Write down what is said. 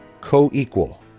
Co-equal